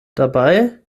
dabei